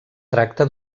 tracta